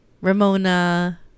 Ramona